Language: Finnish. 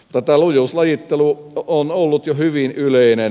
tämä lujuuslajittelu on ollut jo hyvin yleinen